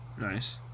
Nice